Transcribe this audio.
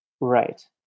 Right